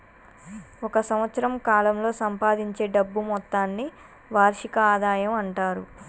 ఒక సంవత్సరం కాలంలో సంపాదించే డబ్బు మొత్తాన్ని వార్షిక ఆదాయం అంటారు